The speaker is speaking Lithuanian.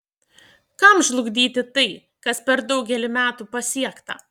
kam žlugdyti tai kas per daugelį metų pasiekta